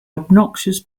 obnoxious